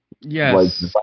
Yes